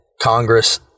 congress